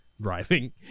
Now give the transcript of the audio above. driving